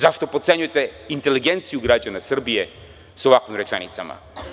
Zašto potcenjujete inteligenciju građana Srbije sa ovakvim rečenicama?